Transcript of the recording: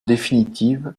définitive